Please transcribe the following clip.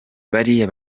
bariya